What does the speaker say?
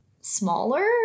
smaller